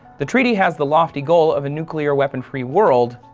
the treaty has the lofty goal of a nuclear weapon free world.